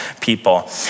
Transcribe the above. people